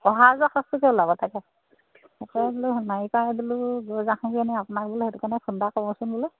অহা যোৱা খৰচটোকে ওলাব তাকে বোলো সোণাৰি পৰাই বোলো গৈ আহোগৈনি সেইটো কাৰণে আপোনাক বোলো ফোন এটা কৰোচোন বোলো